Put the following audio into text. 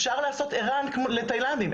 אפשר לעשות 'ערן' לתאילנדים,